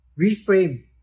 Reframe